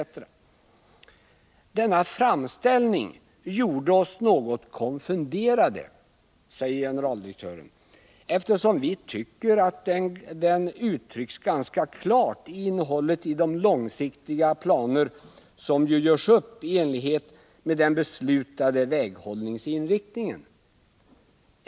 Denna framställning gjorde oss något konfunderade, eftersom vi tycker att den uttrycks ganska klart i innehållet i de långsiktiga planer, som ju görs upp i enlighet med den beslutade väghållningsinriktningen.